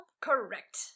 Correct